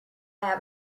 have